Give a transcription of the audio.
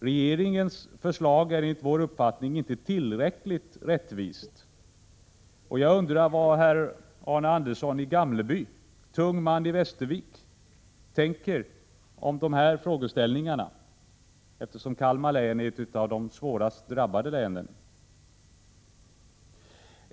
Regeringens förslag är enligt vår uppfattning inte tillräckligt rättvist, och jag undrar vad herr Arne Andersson i Gamleby, tung man i Västervik, tänker om de här frågeställningarna, eftersom Kalmar län är ett av de svårast drabbade länen.